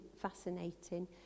fascinating